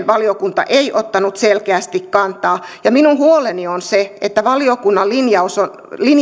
valiokunta ei ottanut selkeästi kantaa ja minun huoleni on se että valiokunta linjauksellaan